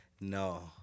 no